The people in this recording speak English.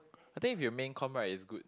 I think if you're main com right is good